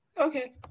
Okay